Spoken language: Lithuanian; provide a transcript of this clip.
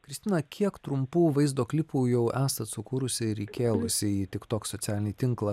kristina kiek trumpų vaizdo klipų jau esat sukūrusi ir įkėlusi į tik tok socialinį tinklą